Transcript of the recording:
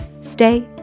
Stay